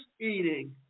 eating